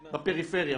בפריפריה,